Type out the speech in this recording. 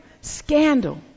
scandal